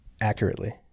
accurately